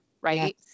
right